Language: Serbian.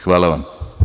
Hvala vam.